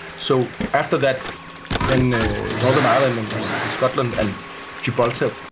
so after that then northern ireland and and and scotland and gibraltar,